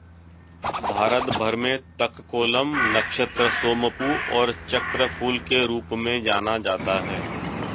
भारत भर में तककोलम, नक्षत्र सोमपू और चक्रफूल के रूप में जाना जाता है